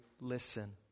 listen